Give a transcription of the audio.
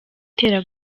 itera